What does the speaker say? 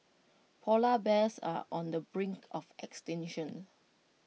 Polar Bears are on the brink of extinction